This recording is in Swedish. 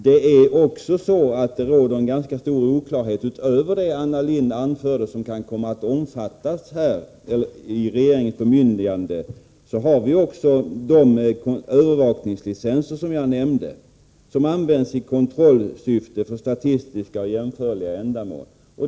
Det är också så att det råder ganska stor oklarhet om vad som kommer att omfattas av regeringens bemyndigande utöver det som Anna Lindh anförde. Vi har också de övervakningslicenser som jag nämnde och som används i kontrollsyfte för statistiska och jämförbara ändamål.